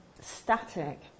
static